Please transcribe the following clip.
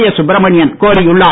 S Subramanian கோரியுள்ளார்